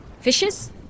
fishes